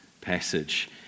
passage